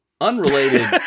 unrelated